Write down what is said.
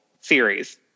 series